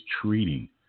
treating